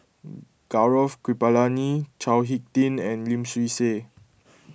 Gaurav Kripalani Chao Hick Tin and Lim Swee Say